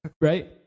right